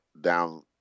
down